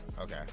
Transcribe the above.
okay